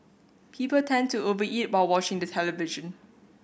people tend to over eat while watching the television